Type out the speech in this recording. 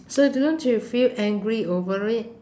so do~ don't you feel angry over it